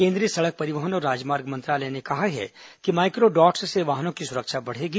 केंद्रीय सड़क परिवहन और राजमार्ग मंत्रालय ने कहा कि माइक्रोडॉट्स से वाहनों की सुरक्षा बढ़ेगी